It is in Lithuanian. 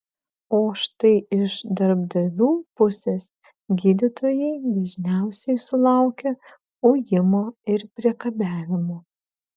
o štai iš darbdavių pusės gydytojai dažniausiai sulaukia ujimo ir priekabiavimo